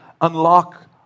unlock